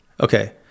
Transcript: Okay